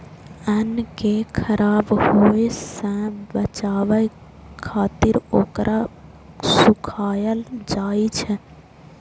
अन्न कें खराब होय सं बचाबै खातिर ओकरा सुखायल जाइ छै